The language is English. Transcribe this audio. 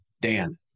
Dan